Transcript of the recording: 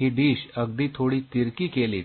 ही dish अगदी थोडी तिरकी केलीत